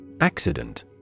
Accident